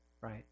Right